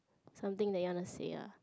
something that you want to say lah